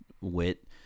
wit